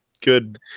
good